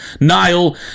Nile